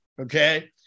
okay